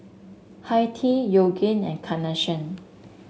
Hi Tea Yoogane and Carnation